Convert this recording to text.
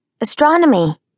Astronomy